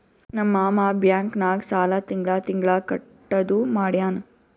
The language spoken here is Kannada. ನಮ್ ಮಾಮಾ ಬ್ಯಾಂಕ್ ನಾಗ್ ಸಾಲ ತಿಂಗಳಾ ತಿಂಗಳಾ ಕಟ್ಟದು ಮಾಡ್ಯಾನ್